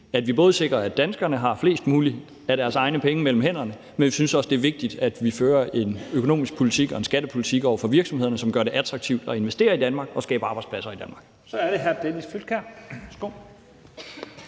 at vi både sikrer, at danskerne har flest mulige af deres egne penge mellem hænderne, men vi synes også, at det er vigtigt, at vi fører en økonomisk politik og en skattepolitik over for virksomhederne, som gør det attraktivt at investere i Danmark og skabe arbejdspladser i Danmark. Kl. 09:43 Første næstformand